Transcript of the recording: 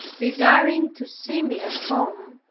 desiring to see me at home,